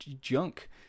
junk